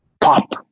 pop